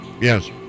Yes